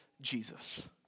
Jesus